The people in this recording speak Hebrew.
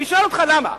אני שואל אותך, למה?